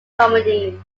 comedies